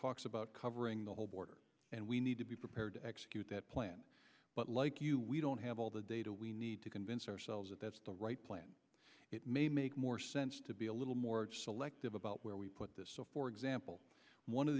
talks about covering the whole border and we need to be prepared to execute that plan but like you we don't have all the data we need to convince ourselves that that's the right plan it may make more sense to be a little more selective about where we put this so for example one of